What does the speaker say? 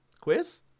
Quiz